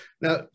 Now